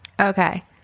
Okay